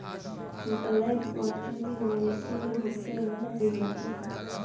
black quarter भी मवेशी में होखे वाला बीमारी ह